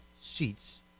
seats